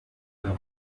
there